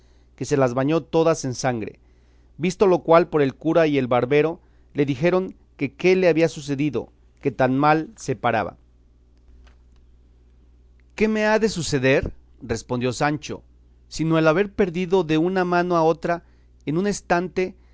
que se las bañó todas en sangre visto lo cual por el cura y el barbero le dijeron que qué le había sucedido que tan mal se paraba qué me ha de suceder respondió sancho sino el haber perdido de una mano a otra en un estante